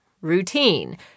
Routine